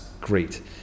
great